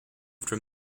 from